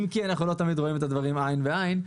אם כי אנחנו לא תמיד רואים את הדברים עין בעין,